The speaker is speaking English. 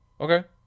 okay